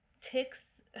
ticks